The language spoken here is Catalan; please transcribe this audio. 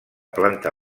planta